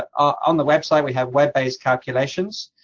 on the website, we have web-based calculations.